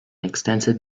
extensive